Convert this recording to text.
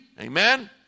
amen